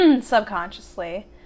subconsciously